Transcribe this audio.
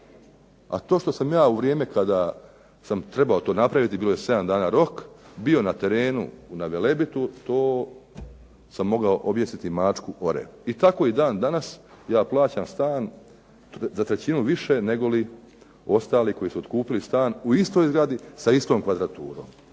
a to što sam ja u vrijeme kada je to trebalo napraviti bio je 7 dana rok, bio na terenu na Velebitu to sam mogao objesiti mačku o rep. Tako i dan danas ja plaćam stan za trećinu više od ostalih koji su otkupili stan u istoj zgradi sa istom kvadraturom.